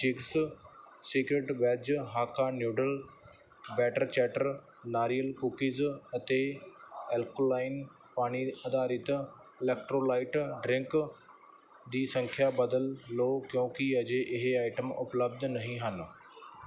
Ching's secret veg hakka noodle ਬੈਟਰ ਚੈਟਰ ਨਾਰੀਅਲ ਕੂਕੀਜ਼ ਅਤੇ ਅਲਕੋਲਾਈਨ ਪਾਣੀ ਆਧਾਰਿਤ ਇਲੈਕਟ੍ਰੋਲਾਈਟ ਡਰਿੰਕ ਦੀ ਸੰਖਿਆ ਬਦਲ ਲਉ ਕਿਉਂਕਿ ਅਜੇ ਇਹ ਆਈਟਮ ਉਪਲਬਧ ਨਹੀਂ ਹਨ